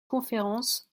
conférence